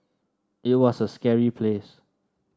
it was a scary place